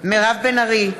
מירב בן ארי,